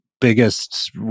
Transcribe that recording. biggest